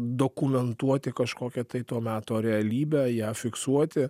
dokumentuoti kažkokią tai to meto realybę ją fiksuoti